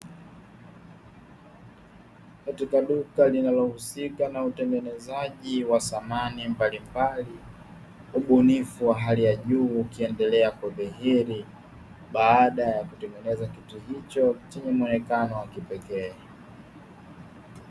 Katika duka linalohusika na utengenezaji wa samani mbalimbali, ubunifu wa hali ya juu ukiendelea kudhiri baada ya kutengeneza kitu hicho chenye muonekano wa kipekee.